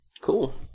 cool